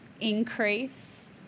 increase